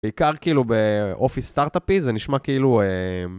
בעיקר כאילו באופי סטארט-אפי זה נשמע כאילו...